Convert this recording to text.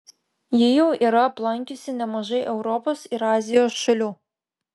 ji jau yra aplankiusi nemažai europos ir azijos šalių